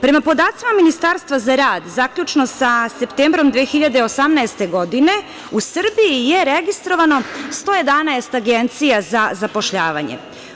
Prema podacima Ministarstva za rad, zaključno sa septembrom 2018. godine, u Srbiji je registrovano 111 agencija za zapošljavanje.